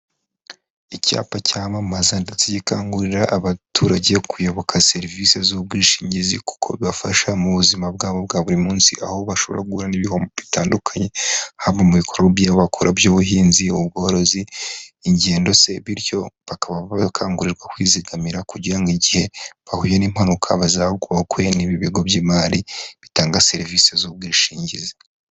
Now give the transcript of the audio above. Icyapa cyamamaza ndetse gikangurira abaturage kuyoboka serivisi z'ubwishingizi kuko bibafasha mu buzima bwabo bwa buri munsi, aho basho guhu n'ibiho bitandukanye haba mu bikorwa by'abakora by'ubuhinzi, ubworozi, ingendo se, bityo bakaba bakangurirwa kwizigamira kugira ngo igihe bahuye n'impanuka bazagobokwe n'ibigo by'imari bitanga serivisi z'ubwishingizi.